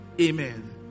Amen